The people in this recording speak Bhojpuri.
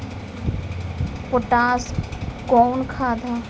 पोटाश कोउन खाद बा?